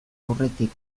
aurretik